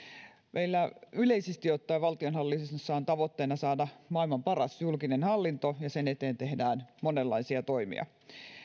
meillä yleisesti ottaen valtionhallinnossa on tavoitteena saada maailman paras julkinen hallinto ja sen eteen tehdään monenlaisia toimia